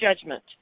judgment